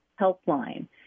helpline